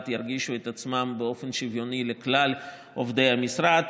ירגישו את עצמם שווים לכלל עובדי המשרד.